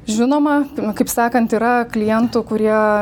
žinoma kaip sakant yra klientų kurie